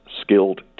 skilled